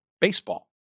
baseball